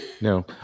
No